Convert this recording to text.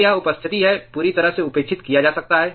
तो यह उपस्थिति है पूरी तरह से उपेक्षित किया जा सकता है